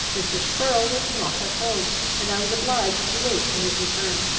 mr. spurrel was not at home and i was obliged to wait for his return.